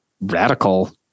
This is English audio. radical